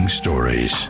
stories